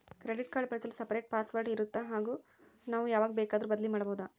Credit card ಬಳಸಲು separate password ಇರುತ್ತಾ ಹಾಗೂ ನಾವು ಯಾವಾಗ ಬೇಕಾದರೂ ಬದಲಿ ಮಾಡಬಹುದಾ?